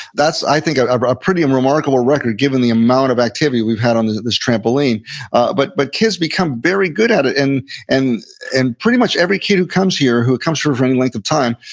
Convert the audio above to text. that's, i think, a ah pretty um remarkable record given the amount of activity we've had on this trampoline but but kids become very good at it. and and and pretty much every kid who comes here, who comes for for any length of time,